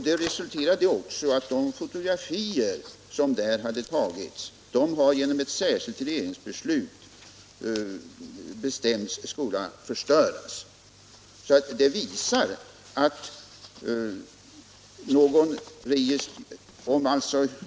Det resulterade också i ett särskilt regeringsbeslut om att fotografier som där hade tagits skulle förstöras.